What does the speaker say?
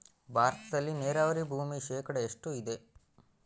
ಭಾರತದಲ್ಲಿ ನೇರಾವರಿ ಭೂಮಿ ಶೇಕಡ ಎಷ್ಟು ಇದೆ?